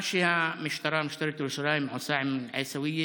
מה שמשטרת ירושלים עושה עם עיסאוויה